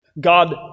God